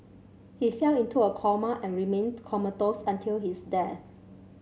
he fell into a coma and remained comatose until his death